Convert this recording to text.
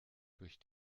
durch